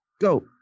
Go